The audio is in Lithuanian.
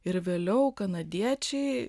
ir vėliau kanadiečiai